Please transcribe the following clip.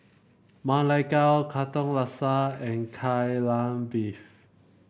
Ma Lai Gao Katong Laksa and Kai Lan Beef